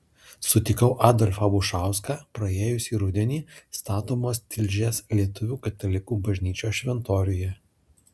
sutikau adolfą bušauską praėjusį rudenį statomos tilžės lietuvių katalikų bažnyčios šventoriuje